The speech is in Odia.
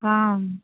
ହଁ